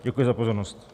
Děkuji za pozornost.